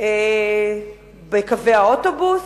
בקווי האוטובוס.